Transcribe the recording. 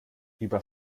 über